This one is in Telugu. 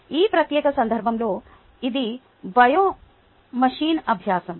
ఈ ప్రత్యేక సందర్భంలో ఇది బయో మెషిన్ అభ్యాసము